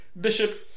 Bishop